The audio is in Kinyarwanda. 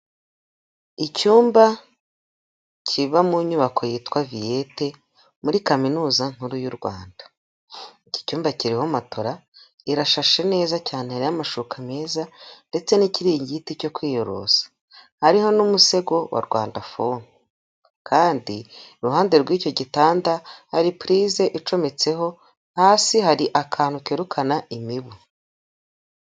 Icyumba kiba mu nyubako yitwa viyete muri kaminuza nkuru y'u Rwanda, iki cyumba kiriho matora irashashe neza cyane hariho amashuka meza ndetse n'ikiringiti cyo kwiyorosa hariho n'umusego wa Rwandafomu, kandi iruhande rw'icyo gitanda hari purize icometseho hasi hari akantu kirukana imibu.